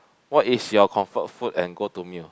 what is your comfort food and go to meal